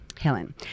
Helen